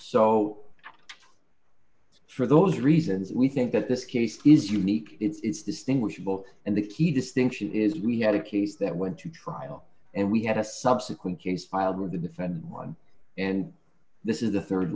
so for those reasons we think that this case is unique it's distinguishable and the key distinction is we had a case that went to trial and we had a subsequent case filed with the defendant one and this is the